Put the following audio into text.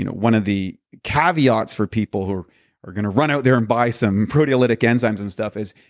you know one of the caveats for people who are gonna run out there and buy some proteolytic enzymes and stuff is,